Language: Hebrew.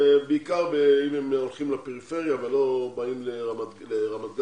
בעיקר אם הם הולכים לפריפריה ולא באים לרמת גן,